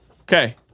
Okay